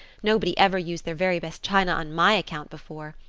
nobody ever used their very best china on my account before.